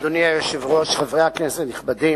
אדוני היושב-ראש, חברי הכנסת הנכבדים,